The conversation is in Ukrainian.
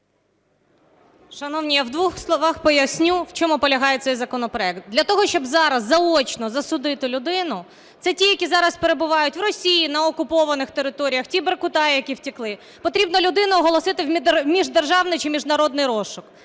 Шановні, я в двох словах поясню, в чому полягає цей законопроект. Для того, щоб зараз заочно засудити людину - це ті, які зараз перебувають в Росії, на окупованих територіях, ті "беркути", які втекли, - потрібно людину оголосити в міждержавний чи в міжнародний розшук.